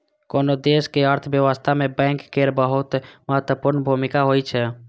कोनो देशक अर्थव्यवस्था मे बैंक केर बहुत महत्वपूर्ण भूमिका होइ छै